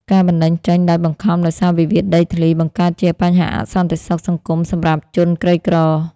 ការបណ្ដេញចេញដោយបង្ខំដោយសារវិវាទដីធ្លី បង្កើតជាបញ្ហាអសន្តិសុខសង្គមសម្រាប់ជនក្រីក្រ។